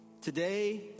Today